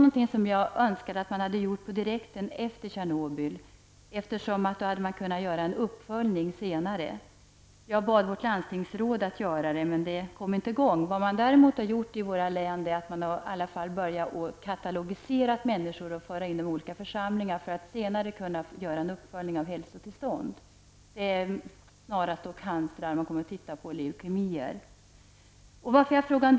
Jag önskade att sådana analyser hade gjorts omedelbart efter Tjernobylolyckan. Då hade man senare kunnat göra en uppföljning. Jag bad vårt landstingsråd om saken, men det kom inte i gång. I våra län har man i fall börjat katalogisera människor och föra in dem i olika församlingar för att senare kunna göra en uppföljning av hälsotillståndet. Närmast kommer man att se på cancer och leukemi.